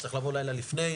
אז צריך לבוא לילה לפני,